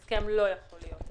הסכם לא יכול להיות.